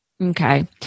Okay